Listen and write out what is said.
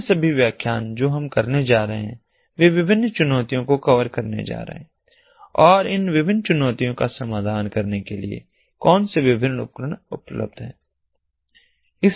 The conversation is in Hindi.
अन्य सभी व्याख्यान जो हम करने जा रहे हैं वे विभिन्न चुनौतियों को कवर करने जा रहे हैं और इन विभिन्न चुनौतियों का समाधान करने के लिए कौन से विभिन्न उपकरण उपलब्ध हैं